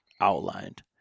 outlined